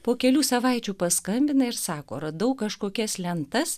po kelių savaičių paskambina ir sako radau kažkokias lentas